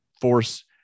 force